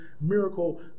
miracle